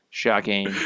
Shocking